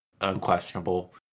unquestionable